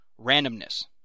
randomness